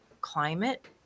climate